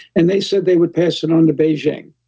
and they said they would pass it on to beijing.